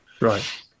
Right